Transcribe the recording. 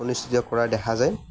অনুষ্ঠিত কৰা দেখা যায়